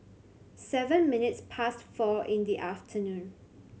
seven minutes past four in the afternoon